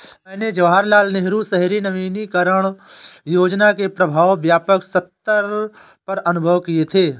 मैंने जवाहरलाल नेहरू शहरी नवीनकरण योजना के प्रभाव व्यापक सत्तर पर अनुभव किये थे